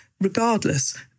Regardless